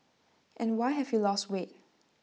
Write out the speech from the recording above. and why have you lost weight